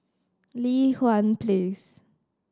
Li Hwan Place